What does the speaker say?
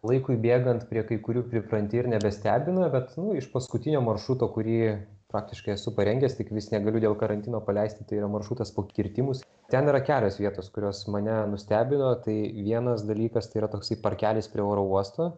laikui bėgant prie kai kurių pripranti ir nebestebina bet iš paskutinio maršruto kurį praktiškai esu parengęs tik vis negaliu dėl karantino paleisti tai yra maršrutas po kirtimus ten yra kelios vietos kurios mane nustebino tai vienas dalykas tai yra toksai parkelis prie oro uosto